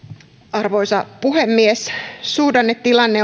arvoisa puhemies suhdannetilanne